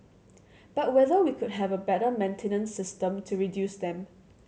but whether we could have a better maintenance system to reduce them